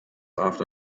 after